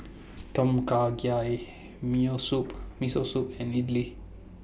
Tom Kha Gai Me O Soup Miso Soup and Idili